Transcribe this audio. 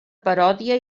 paròdia